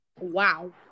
wow